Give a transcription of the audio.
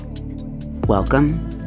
Welcome